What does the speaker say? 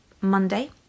monday